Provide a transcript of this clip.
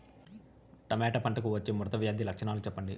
Tomato పంటకు వచ్చే ముడత వ్యాధి లక్షణాలు చెప్పండి?